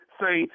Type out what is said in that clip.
say